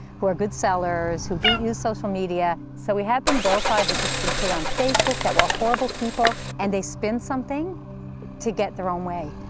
who are good sellers, who do use social media. so we have been vilified. this has been put on facebook, that we're horrible people and they spin something to get their own way.